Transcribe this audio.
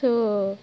so